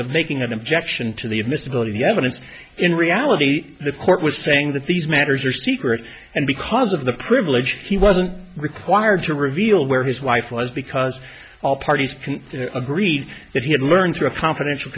of making an objection to the admissibility of evidence in reality the court was saying that these matters are secret and because of the privilege he wasn't required to reveal where his wife was because all parties agreed that he had learned through a